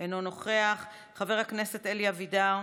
אינו נוכח, חבר הכנסת אלי אבידר,